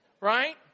right